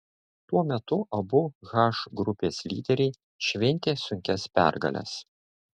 tuo metu abu h grupės lyderiai šventė sunkias pergales